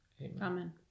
Amen